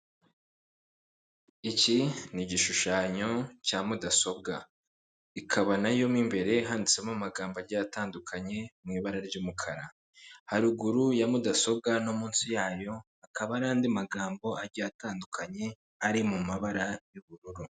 Iki ni igishushanyo cya mudasobwa, ikaba na yo mo imbere handitsemo amagambo agiye atandukanye mu ibara ry'umukara. Haruguru ya mudasobwa no munsi yayo hakaba n'andi magambo agiye atandukanye ari mu mabara y'ubururu.